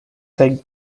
take